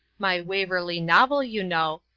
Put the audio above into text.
my waverly novel you know,